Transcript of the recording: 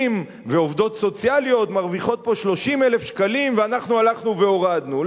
ועובדות סוציאליות מרוויחים פה 30,000 שקלים ואנחנו הלכנו והורדנו.